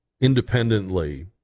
independently